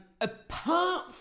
apart